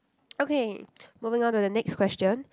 okay moving on to the next question